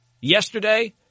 yesterday